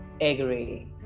Agree